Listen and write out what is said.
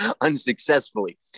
unsuccessfully